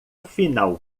final